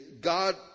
God